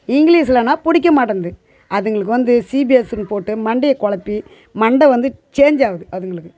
இங்கிலிஷில்னா பிடிக்க மாட்டேந்து அதுங்களுக்கு வந்து சி பி எஸ்ன்னு போட்டு மண்டையை கொழப்பி மண்டை வந்து சேஞ்ச் ஆகுது அதுங்களுக்கு